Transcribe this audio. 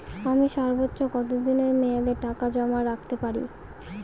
আমি সর্বোচ্চ কতদিনের মেয়াদে টাকা জমা রাখতে পারি?